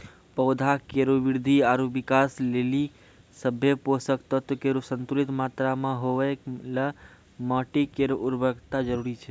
पौधा केरो वृद्धि आरु विकास लेलि सभ्भे पोसक तत्व केरो संतुलित मात्रा म होवय ल माटी केरो उर्वरता जरूरी छै